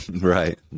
Right